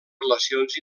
relacions